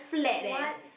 what